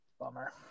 Bummer